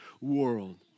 world